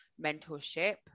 mentorship